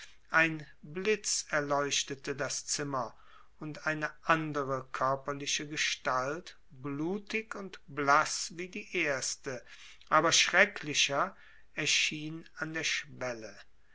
ein blitz erleuchtete das zimmer und eine andere körperliche gestalt blutig und blaß wie die erste aber schrecklicher erschien an der schwelle